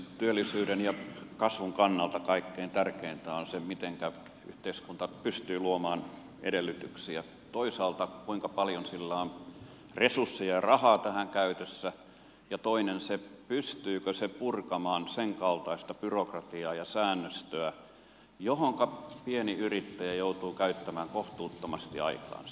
työllisyyden ja kasvun kannalta kaikkein tärkeintä on se mitenkä yhteiskunta pystyy luomaan edellytyksiä toisaalta kuinka paljon sillä on resursseja ja rahaa tähän käytössä ja toisaalta se pystyykö se purkamaan senkaltaista byrokratiaa ja säännöstöä johonka pieni yrittäjä joutuu käyttämään kohtuuttomasti aikaansa